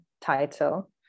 title